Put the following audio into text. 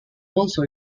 also